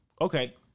Okay